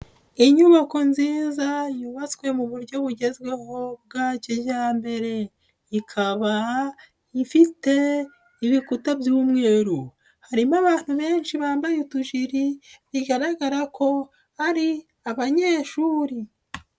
Inyubako nziza yubatswe mu buryo bugezweho bwa kijyambere ikaba ifite ibikuta by'umweru, harimo abantu benshi bambaye utujiri bigaragara ko ari abanyeshuri.